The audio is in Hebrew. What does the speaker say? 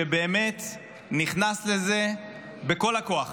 שבאמת נכנס לזה בכל הכוח,